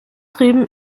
drüben